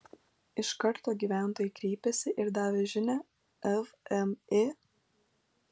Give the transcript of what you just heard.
iš karto gyventojai kreipėsi ir davė žinią vmi